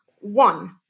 one